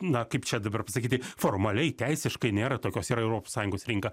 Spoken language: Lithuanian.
na kaip čia dabar pasakyti formaliai teisiškai nėra tokios yra europos sąjungos rinka